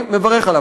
אני מברך עליו.